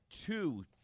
two